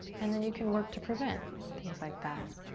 and then you can work to prevent things like that.